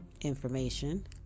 information